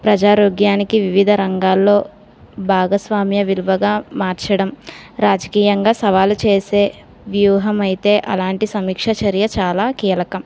ప్రజారోగ్యానికి వివిధ రంగాల్లో భాగస్వామ్య విలువగా మార్చడం రాజకీయంగా సవాలు చేసే వ్యూహం అయితే అలాంటి సమీక్ష చర్య చాలా కీలకం